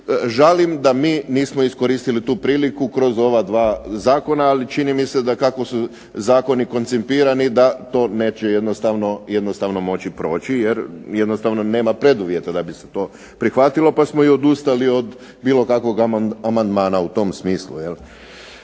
Žalim da mi nismo iskoristili tu priliku kroz ova 2 zakona, ali čini mi se da kako su zakoni koncipirani da to neće jednostavno moći proći jer jednostavno nema preduvjeta da bi se to prihvatilo pa smo i odustali od bilo kakvog amandmana u tom smislu.